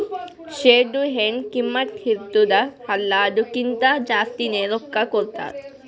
ಶೇರ್ದು ಎನ್ ಕಿಮ್ಮತ್ ಇರ್ತುದ ಅಲ್ಲಾ ಅದುರ್ಕಿಂತಾ ಜಾಸ್ತಿನೆ ರೊಕ್ಕಾ ಕೊಡ್ತಾರ್